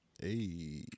Hey